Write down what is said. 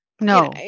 No